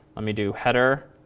let me do header,